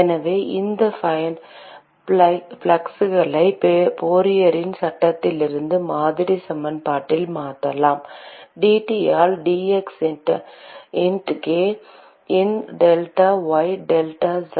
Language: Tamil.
எனவே இந்த ஃப்ளக்ஸ்களை ஃபோரியரின் சட்டத்திலிருந்து மாதிரி சமன்பாட்டில் மாற்றலாம் dT ஆல் dx இண்ட் கே இன் டெல்டா y டெல்டா z